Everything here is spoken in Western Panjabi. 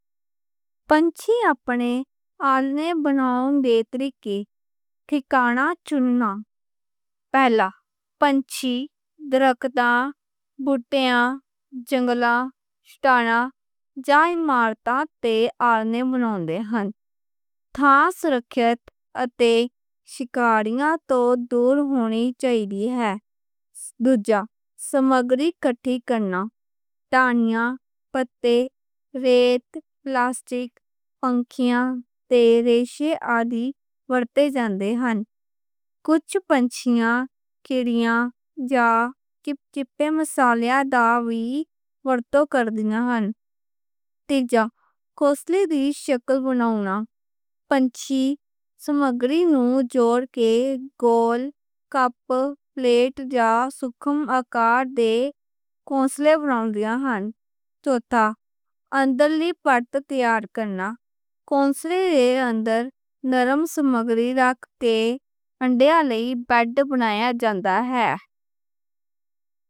پنچیاں اپنے آلنے بناؤن دے طریقے تے۔ پہلا، پنچھی درختاں، بھٹّے، جنگلاں، شٹاناں جائے مارتاں تے آلنے بناؤندے ہن۔ تھائیں سرکھیت اتے شکاریوں توں دور ہونی چاہیدی اے۔ دوجا، سمگری کٹھا کرنا، تانیاں، پتے، ریت، پلاسٹک، پنچھی تے ریشے آدی ورتے جاندے ہن۔ کجھ پنچھی، کریاں جاں چپ چپے مسالیاں دا وی ورتوں کر دینے ہن۔ تیجا، کونسلا دی شکل بناؤنا۔ پنچھی، سمگری نوں جوڑ کے گول، کپ، پلیٹ جاں سُکھم آکار دے کونسلا بناؤندیاں ہن۔ چوتھا، اندر دی پتّی تیار کرنا۔ کونسلا دے اندر نرم سمگری رکھ کے انڈاں لئی بیڈ بنیا جاندا اے۔